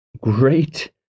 great